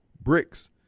Bricks